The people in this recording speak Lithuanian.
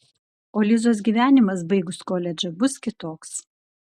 o lizos gyvenimas baigus koledžą bus kitoks